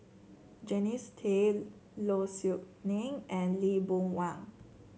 Jannie Tay Low Siew Nghee and Lee Boon Wang